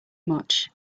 much